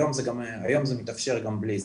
היום זה מתאפשר גם בלי זה,